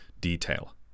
detail